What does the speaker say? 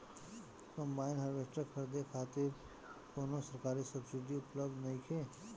Combine harvester खरीदे खातिर कउनो सरकारी सब्सीडी उपलब्ध नइखे?